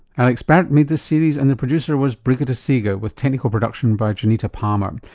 alex barratt made this series and the producer was brigitte seega with technical production by janita palmer.